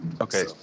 Okay